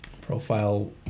Profile